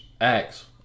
acts